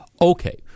Okay